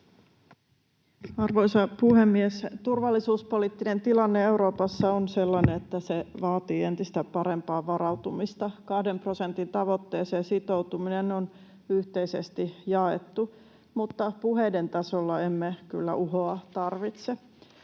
Arvoisa puhemies! Turvallisuuspoliittinen tilanne Euroopassa on sellainen, että se vaatii entistä parempaa varautumista. Kahden prosentin tavoitteeseen sitoutuminen on yhteisesti jaettu, mutta puheiden tasolla emme kyllä uhoa tarvitse.